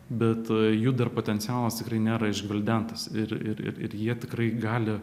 bet jų dar potencialas tikrai nėra išgvildentas ir ir ir jie tikrai gali